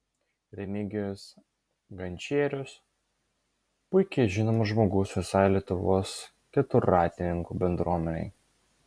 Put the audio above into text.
remigijus gančierius puikiai žinomas žmogus visai lietuvos keturratininkų bendruomenei